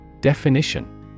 Definition